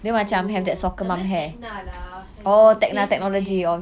oh nama dia tecna lah hello save the name